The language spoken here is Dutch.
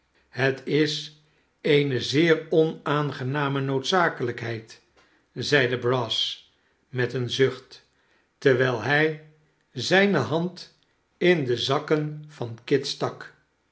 het is eene zeer onaangename noodzakelijkheid zeide brass met een zucht terwijl hij zijne hand in de zakken van kit stak